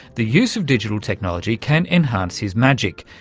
the use of digital technology can enhance his magic,